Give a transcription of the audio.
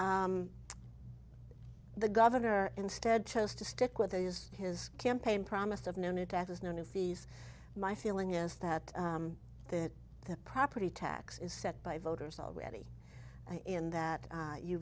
and the governor instead chose to stick with is his campaign promise of no new taxes no new fees my feeling is that that the property tax is set by voters already in that